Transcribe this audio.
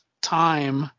time